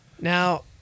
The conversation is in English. Now